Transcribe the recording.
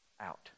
Out